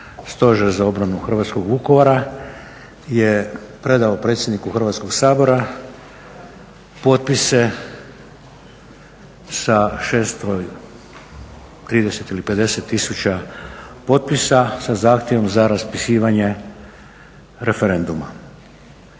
"Stožer za obranu Hrvatskog Vukovara" je predao predsjedniku Hrvatskog sabora potpise sa 630 ili 650 tisuća potpisa sa zahtjevom za raspisivanje referenduma.